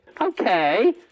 Okay